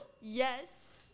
Yes